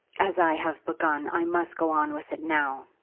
as i have begun i must go on with it now,